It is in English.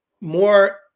more